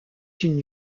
une